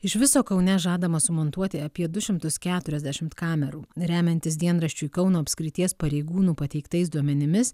iš viso kaune žadama sumontuoti apie du šimtus keturiasdešimt kamerų remiantis dienraščiu kauno apskrities pareigūnų pateiktais duomenimis